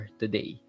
today